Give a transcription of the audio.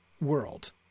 world